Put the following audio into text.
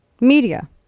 Media